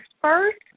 first